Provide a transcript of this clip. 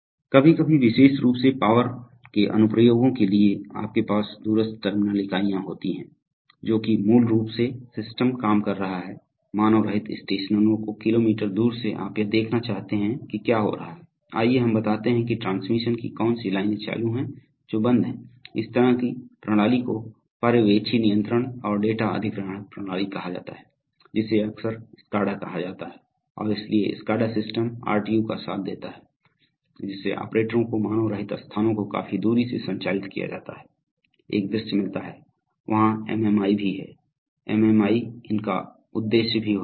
कभी कभी विशेष रूप से पावर के अनुप्रयोगों के लिए आपके पास दूरस्थ टर्मिनल इकाइयाँ होती हैं जो कि मूल रूप से सिस्टम काम कर रहा है मानवरहित स्टेशनों को किलोमीटर दूर से आप यह देखना चाहते हैं कि क्या हो रहा है आइए हम बताते हैं कि ट्रांसमिशन की कौन सी लाइनें चालू हैं जो बंद हैं इस तरह की प्रणाली को पर्यवेक्षी नियंत्रण और डेटा अधिग्रहण प्रणाली कहा जाता है जिसे अक्सर SCADA कहा जाता है और इसलिए SCADA सिस्टम RTU का साथ देता है जिससे ऑपरेटरों को मानवरहित स्थानों को काफी दुरी से संचालित किया जाता है एक दृश्य मिलता है वहां MMI भी है एमएमआई उनका उद्देश्य भी होता है